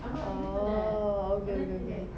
orh okay okay okay